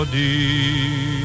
deep